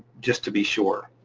just to be sure.